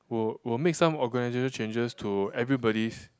will will make some organizational changes to everybody's